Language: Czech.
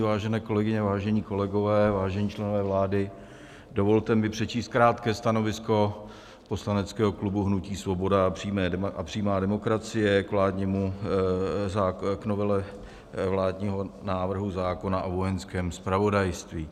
Vážené kolegyně, vážení kolegové, vážení členové vlády, dovolte mi přečíst krátké stanovisko poslaneckého klubu hnutí Svoboda a přímá demokracie k novele vládního návrhu zákona o Vojenském zpravodajství.